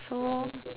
so